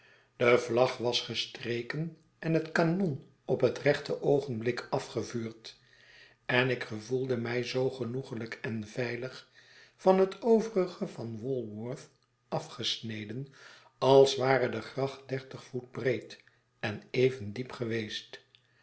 de vlag was gestreken en het kanon op het rechte oogenblik afgevuurd en ik gevoelde mij zoo genoeglijk en veilig van het overige van walworth afgesneden als ware de gracht dertig voet breed en even diep geweest